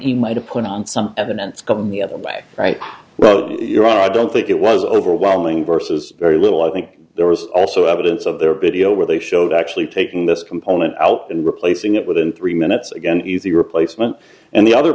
he might have put on some evidence come the other way write wrote your i don't think it was overwhelming versus very little i think there was also evidence of their video where they showed actually taking this component out and replacing it with in three minutes again easy replacement and the other